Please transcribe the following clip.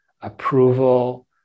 approval